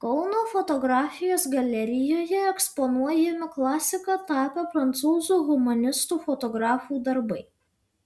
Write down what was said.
kauno fotografijos galerijoje eksponuojami klasika tapę prancūzų humanistų fotografų darbai